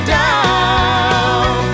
down